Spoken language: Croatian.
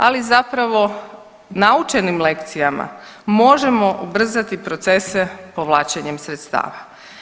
Ali zapravo naučenim lekcijama možemo ubrzati procese povlačenjem sredstava.